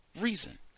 reason